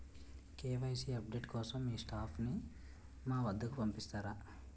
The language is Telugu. కే.వై.సీ అప్ డేట్ కోసం మీ స్టాఫ్ ని మా వద్దకు పంపిస్తారా?